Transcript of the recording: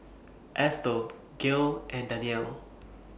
Estel Gale and Danielle